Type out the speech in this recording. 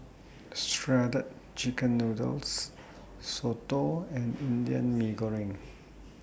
Shredded Chicken Noodles Soto and Indian Mee Goreng